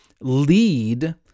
lead